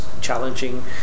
challenging